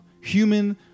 human